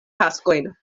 taskojn